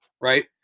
right